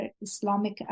Islamic